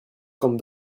comme